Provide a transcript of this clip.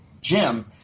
Jim –